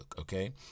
okay